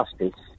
justice